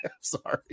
Sorry